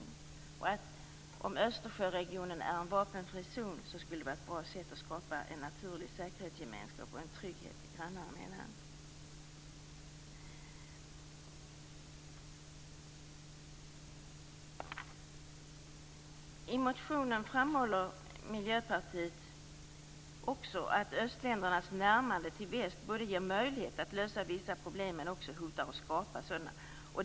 Detta skulle vara ett bra sätt att skapa en naturlig säkerhetsgemenskap och en trygghet grannar emellan. I motionen framhåller Miljöpartiet också att östländernas närmande till väst ger möjlighet att lösa vissa problem men också hotar att skapa nya.